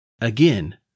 Again